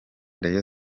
rayon